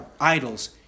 idols